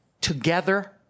together